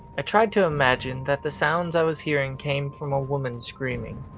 i tried to imagine that the sounds i was hearing came from a woman screaming,